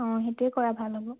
অঁ সেইটোৱে কৰা ভাল হ'ব